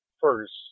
first